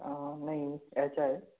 नाही यायचंय